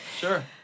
Sure